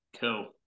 Cool